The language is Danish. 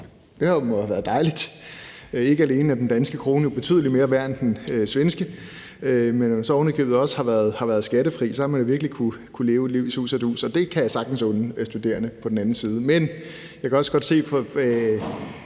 Det må jo have været dejligt. Ikke alene er den danske krone jo betydelig mere værd end den svenske, men når den så ovenikøbet også har været skattefri, har man jo virkelig kunnet leve et liv i sus og dus. Det kan jeg sagtens unde studerende på den anden side,